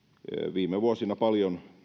viime vuosina paljon